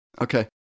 Okay